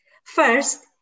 First